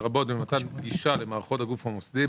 לרבות במתן גישה למערכות הגוף המוסדי,